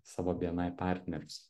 savo bni partnerius